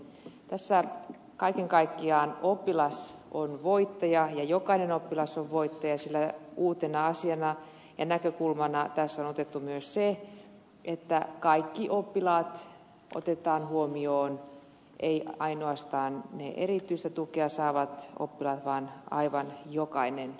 tässä kaiken kaikkiaan oppilas on voittaja ja jokainen oppilas on voittaja sillä uutena asiana ja näkökulmana tässä on otettu myös se että kaikki oppilaat otetaan huomioon ei ainoastaan ne erityistä tukea saavat oppilaat vaan aivan jokainen oppilas